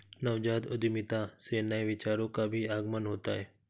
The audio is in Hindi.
नवजात उद्यमिता से नए विचारों का भी आगमन होता है